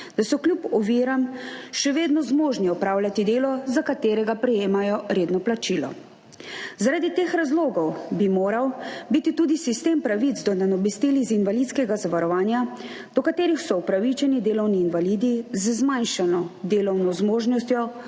da so kljub oviram še vedno zmožni opravljati delo, za katerega prejemajo redno plačilo. Zaradi teh razlogov bi moral biti tudi sistem pravic do nadomestil iz invalidskega zavarovanja, do katerih so upravičeni delovni invalidi z zmanjšano delovno zmožnostjo,